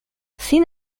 sin